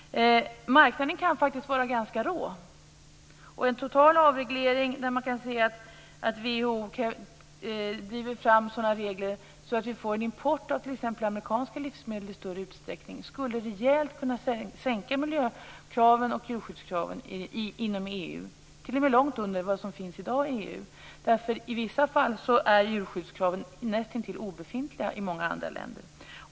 Marknaden kan vara ganska rå. En total avreglering, där WTO driver fram sådana regler att vi får en import av t.ex. amerikanska livsmedel i stor utsträckning, skulle kunna sänka miljökraven och djurskyddskraven rejält inom EU, t.o.m. långt under vad som i dag gäller i EU. I vissa fall är djurskyddskraven nästintill obefintliga i många andra länder.